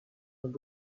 and